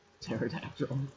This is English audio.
Pterodactyl